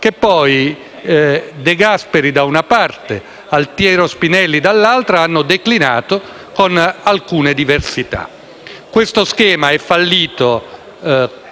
che poi De Gasperi, da una parte, e Altiero Spinelli, dall'altra, hanno declinato con alcune diversità. Questo schema è fallito,